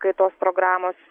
kaitos programos